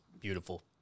beautiful